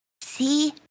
See